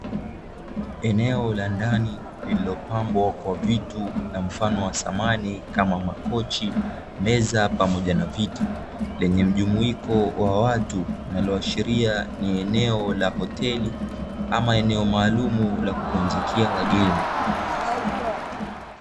Eneo la ndani lililopambwa kwa vitu na mfano wa samani kama, makochi, meza pamoja na viti lenye mjumuiko wa watu. Linalo ashiria ni eneo la hoteli, ama eneo maalumu la kupumzikia wageni.